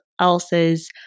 else's